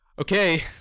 okay